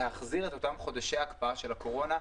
להחזיר את חודשי ההקפאה של הקורונה,